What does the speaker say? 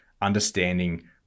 understanding